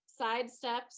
sidesteps